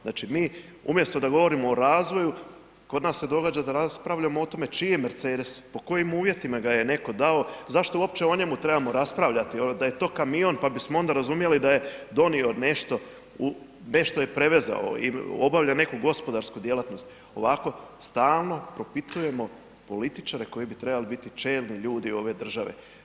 Znači mi umjesto da govorimo o razvoju kod nas se događa da raspravljamo o tome čiji je mercedes, po kojim uvjetima ga je netko dao, zašto uopće o njemu trebamo raspravljati, evo da je to kamion pa bismo onda razumjeli da je donio nešto u, nešto je prevezao ili obavlja neku gospodarsku djelatnost, ovako stalno propitujemo političare koji bi trebali biti čelni ljudi ove države.